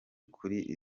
kuri